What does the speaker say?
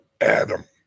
Adam